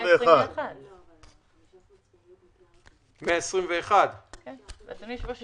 121. אדוני היושב-ראש,